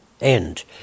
end